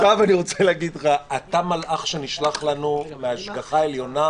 ועכשיו אני רוצה להגיד לך: אתה מלאך שנשלח לנו מההשגחה העליונה,